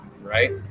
right